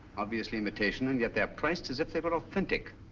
obviously imitation and yet there priced as if they were authentic.